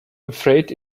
afraid